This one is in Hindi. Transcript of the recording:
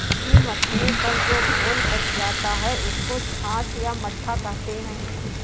घी मथने पर जो घोल बच जाता है, उसको छाछ या मट्ठा कहते हैं